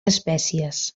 espècies